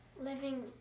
Living